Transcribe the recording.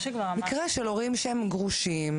מקרה של הורים שהם גרושים,